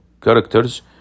characters